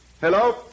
Hello